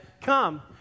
come